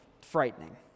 frightening